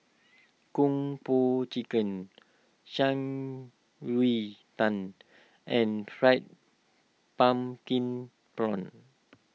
Kung Po Chicken Shan Rui Tang and Fried Pumpkin Prawns